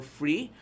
free